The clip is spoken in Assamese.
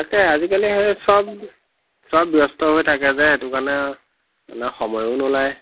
তাকে আজিকালি সেই চব চব ব্যস্ত হৈ থাকে যে সেইটো কাৰণে মানে সময়ো নোলায়